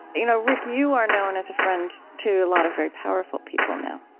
you know, rick, you are known as a friend to a lot of very powerful people now.